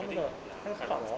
I think ya